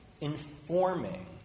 Informing